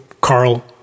Carl